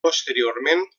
posteriorment